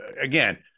again